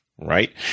right